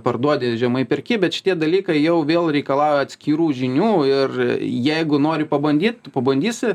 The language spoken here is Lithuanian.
parduodi žemai perki bet šitie dalykai jau vėl reikalauja atskirų žinių ir jeigu nori pabandyt tu pabandysi